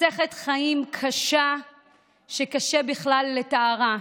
מסכת חיים קשה שקשה בכלל לתארה.